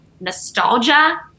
nostalgia